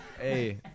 Hey